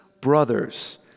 brothers